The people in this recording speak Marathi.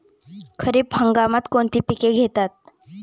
खरीप हंगामात कोणती पिके घेतात?